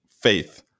faith